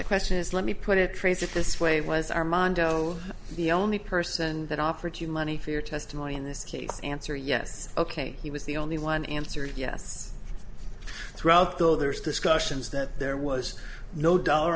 the question is let me put it phrase it this sway was armando the only person that offered you money for your testimony in this case answer yes ok he was the only one answered yes throughout though there was discussions that there was no dollar